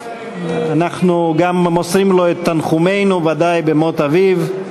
אנחנו גם מוסרים לו את תנחומינו, ודאי, במות אביו.